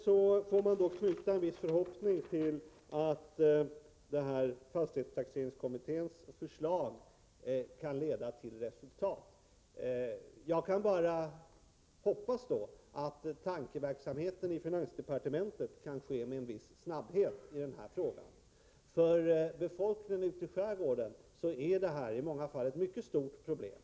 Vi får knyta en förhoppning till att fastighetstaxeringskommitténs förslag kan leda till resultat. Jag kan bara hoppas att tankeverksamheten i finansdepartementet kan ske med en viss snabbhet i denna fråga. För befolkningen ute i skärgården är de höga taxeringsvärdena i många fall ett mycket stort problem.